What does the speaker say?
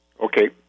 Okay